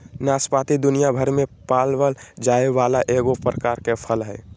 नाशपाती दुनियाभर में पावल जाये वाला एगो प्रकार के फल हइ